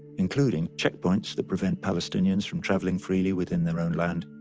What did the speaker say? including checkpoints that prevent palestinians from traveling freely within their own land,